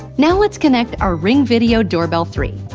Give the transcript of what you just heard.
now, let's connect our ring video doorbell three.